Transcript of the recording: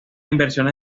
inversiones